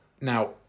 Now